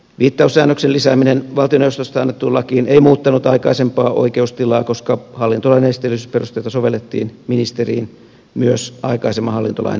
viittaussäännöksen lisääminen valtioneuvostosta annettuun lakiin ei muuttanut aikaisempaa oikeustilaa koska hallintolain esteellisyysperusteita sovellettiin ministeriin myös aikaisemman hallintolain säännösten perusteella